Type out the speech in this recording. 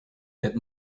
that